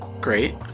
great